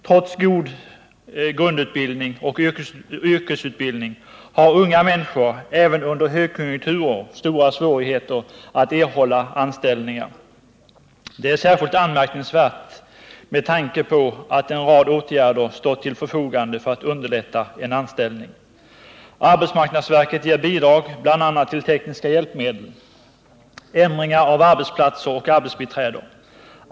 Trots god grundutbildning och yrkesutbildning har unga människor även under högkonjunkturer stora svårigheter att erhålla anställningar. Det är särskilt anmärkningsvärt med tanke på att en rad åtgärder stått till förfogande för att underlätta en anställning. Arbetsmarknadsverket ger bidrag, bl.a. till tekniska hjälpmedel, ändringar av arbetsplatser och arbetsbiträde.